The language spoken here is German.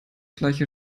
gleiche